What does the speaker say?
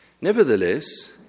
Nevertheless